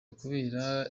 kubera